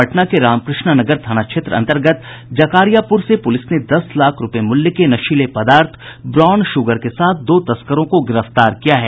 पटना के रामकृष्ण नगर थाना क्षेत्र अंतर्गत जकारियापुर से पुलिस ने दस लाख रूपये मूल्य के नशीले पदार्थ ब्राउन शुगर के साथ दो तस्करों को गिरफ्तार किया है